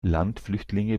landflüchtlinge